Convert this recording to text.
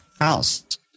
house